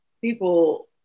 people